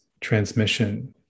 transmission